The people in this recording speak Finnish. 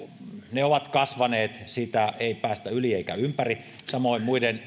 ne ovat kasvaneet siitä ei päästä yli eikä ympäri samoin muiden